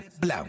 Blow